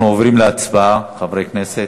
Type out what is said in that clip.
אנחנו עוברים להצבעה, חברי הכנסת.